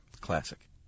Classic